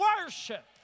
worship